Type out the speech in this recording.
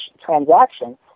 transaction